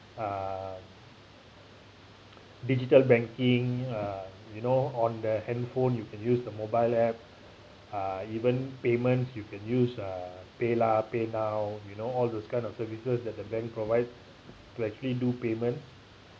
uh digital banking uh you know on the handphone you can use the mobile app uh even payments you can use uh paylah paynow you know all those kind of services that the bank provides to actually do payment